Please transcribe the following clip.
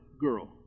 girl